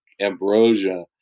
ambrosia